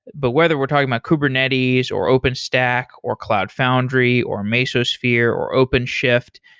but whether we're talking about kubernetes, or openstack, or cloud foundry, or mesosphere, or openshift,